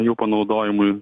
jų panaudojimui